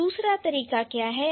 दूसरा तरीका क्या है